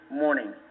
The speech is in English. morning